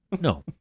No